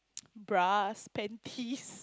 bras panties